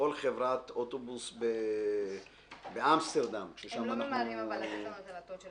כל חברת אוטובוס באמסטרדם --- הם לא ממהרים לתת לנו את הנתון.